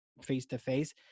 face-to-face